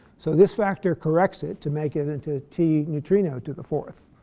so this factor corrects it to make it into t neutrino to the fourth,